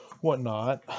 whatnot